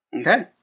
Okay